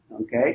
Okay